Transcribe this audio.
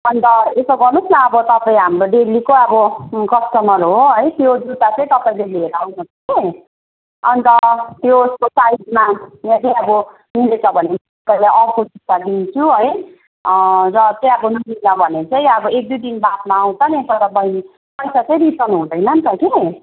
अन्त यसो गर्नु होस् न अब तपाईँ हाम्रो डेलीको अब कस्टमर हो है त्यो जुत्ता चाहिँ तपाईँले लिएर आउनु होस् कि अन्त त्यो त्यसको साइजमा चाहिँ अब मिलेछ भने तपाईँलाई अर्को जुत्ता दिन्छु है र त्यहाँ अब मिलेन भने चाहिँ अब एक दुई दिन बादमा आउँछ नि तर बहिनी पैसा चाहिँ रिटर्न हुँदैन अन्त कि